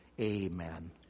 Amen